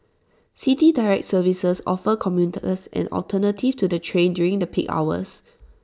City Direct services offer commuters an alternative to the train during the peak hours